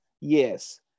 Yes